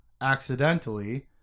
accidentally